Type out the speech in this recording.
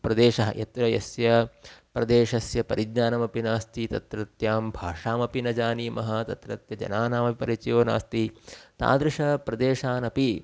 प्रदेशः यत्र यस्य प्रदेशस्य परिज्ञानमपि नास्ति तत्रत्यां भाषामपि न जानीमः तत्रत्य जनानामपि परिचयो नास्ति तादृशप्रदेशान् अपि